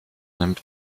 nimmt